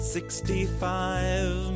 Sixty-five